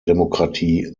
demokratie